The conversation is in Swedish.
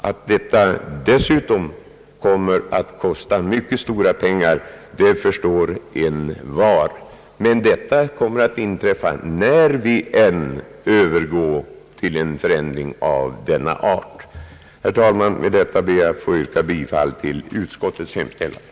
Att detta dessutom skulle kosta mycket stora pengar förstår envar. Så blir också förhållandet när än vi övergår till en sådan förändring. Herr talman! Med detta ber jag att få yrka bifall till utskottets hemställan.